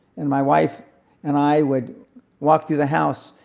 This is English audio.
and my wife and i would walk through the house,